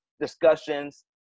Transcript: discussions